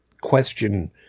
question